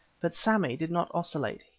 but sammy did not oscillate,